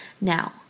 Now